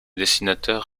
dessinateur